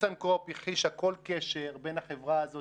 טיסנקרופ הכחישה כל קשר בין החברה הזאת